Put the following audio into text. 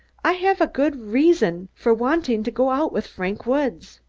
i have good reasons for wanting to go out with frank woods.